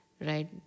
right